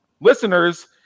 Listeners